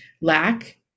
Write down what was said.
lack